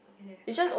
okay I